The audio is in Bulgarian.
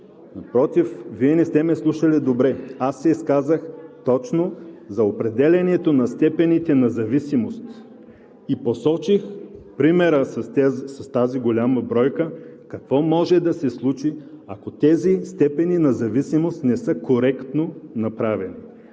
напротив, Вие не сте ме слушали добре. Аз се изказах точно за определянето на степените на зависимост и посочих примера с тази голяма бройка какво може да се случи, ако тези степени на зависимост не са коректно направени.